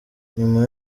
nyuma